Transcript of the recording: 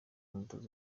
umutoza